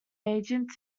agent